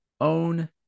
own